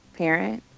parent